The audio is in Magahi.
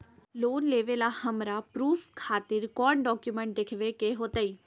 लोन लेबे ला हमरा प्रूफ खातिर कौन डॉक्यूमेंट देखबे के होतई?